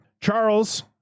Charles